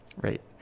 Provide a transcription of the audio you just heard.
right